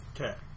Okay